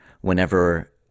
whenever